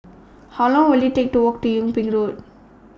How Long Will IT Take to Walk to Yung Ping Road